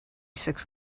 six